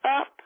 up